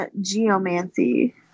Geomancy